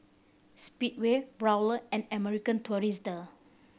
Speedway Raoul and American Tourister